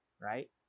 right